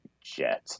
jet